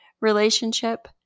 relationship